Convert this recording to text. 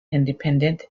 independent